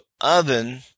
oven